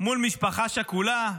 מול משפחה שכולה.